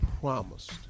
promised